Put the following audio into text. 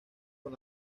con